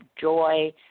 joy